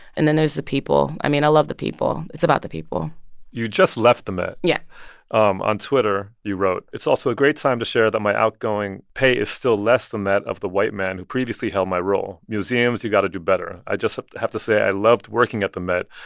and then there's the people. i mean, i love the people. it's about the people you just left the met yeah um on twitter you wrote, it's also a great time to share that my outgoing pay is still less than that of the white man who previously held my role. museums, you got to do better. i just have to say i loved working at the met,